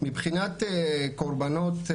מבחינת קורבנות,